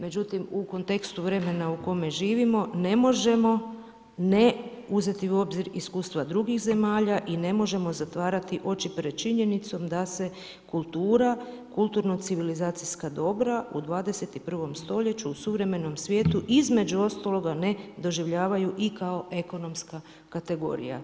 Međutim u kontekstu vremena u kome živimo ne možemo ne uzeti u obzir iskustva drugih zemalja i ne možemo zatvarati oči pred činjenicom da se kultura, kulturna civilizacijska dobra u 21. stoljeću u suvremenom svijetu između ostaloga ne doživljavaju i kao ekonomska kategorija.